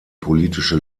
politische